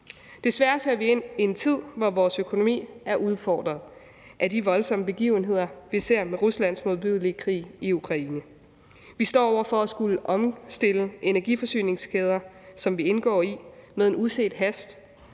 Desværre ser vi ind i en tid, hvor vores økonomi er udfordret af de voldsomme begivenheder, vi ser med Ruslands modbydelige krig i Ukraine. Vi står over for at skulle omstille energiforsyningskæder, som vi indgår i, med en uset hast,